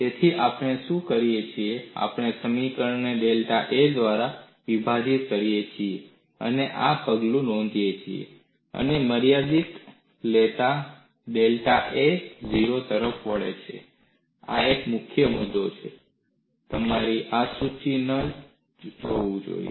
તેથી આપણે શું કરીએ છીએ આપણે સમીકરણને ડેલ્ટા A દ્વારા વિભાજીત કરીએ છીએ અને આ પગલું નોંધીએ અને મર્યાદા લેતા ડેલ્ટા A 0 તરફ વળે છે આ એક મુખ્ય મુદ્દો છે તમારે આ ચૂકી ન જવું જોઈએ